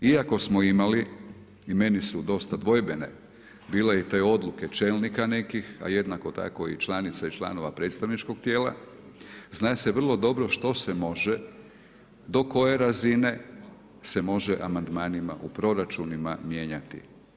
Iako smo imali i meni su dosta dvojbene bile i te odluke čelnika nekih, a jednako tako i članica i članova predstavničkog tijela, zna se vrlo dobro što se može, do koje razine se može amandmanima u proračunima mijenjati.